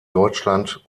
deutschland